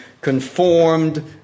conformed